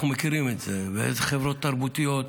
אנחנו מכירים את זה, ובחברות ובתרבויות,